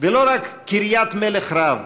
ולא רק קריית מלך רב.